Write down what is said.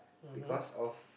because of